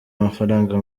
amafaranga